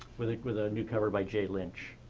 with like with a new cover by jay lynch.